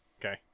Okay